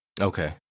Okay